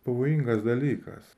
pavojingas dalykas